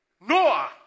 Noah